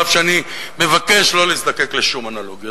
על אף שאני מבקש לא להזדקק לשום אנלוגיות.